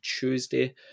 Tuesday